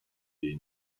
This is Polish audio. jej